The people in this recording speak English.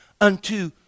unto